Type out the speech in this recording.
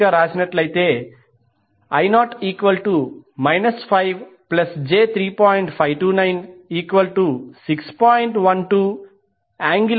5296